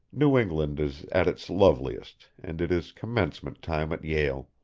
new england is at its loveliest and it is commencement time at yale.